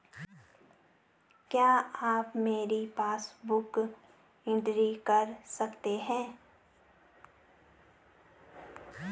क्या आप मेरी पासबुक बुक एंट्री कर सकते हैं?